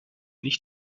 nicht